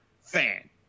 fan